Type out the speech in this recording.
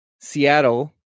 Seattle